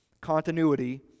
Continuity